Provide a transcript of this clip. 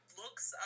looks